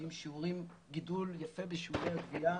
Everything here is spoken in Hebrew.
נראה גידול יפה בשיעורי הגבייה